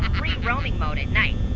free roaming mode at night.